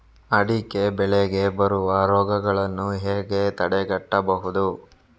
ಅಡಿಕೆ ಬೆಳೆಗೆ ಬರುವ ರೋಗಗಳನ್ನು ಹೇಗೆ ತಡೆಗಟ್ಟಬಹುದು?